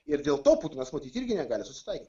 ir dėl to putinas matyt irgi negali susitaikyt